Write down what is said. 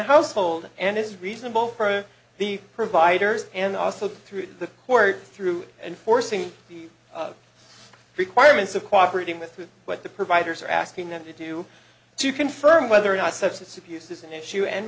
household and it is reasonable for the providers and also through the court through enforcing the requirements of cooperation with what the providers are asking them to do to confirm whether or not substance abuse is an issue and